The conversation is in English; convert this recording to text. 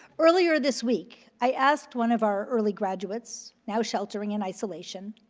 earlier this week, i asked one of our early graduates, now sheltering in isolation,